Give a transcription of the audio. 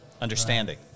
understanding